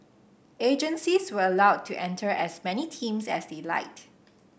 agencies were allowed to enter as many teams as they liked